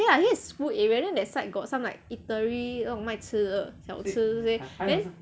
okay lah I guess is school area then that side got some like eatery 那种卖吃的小吃这些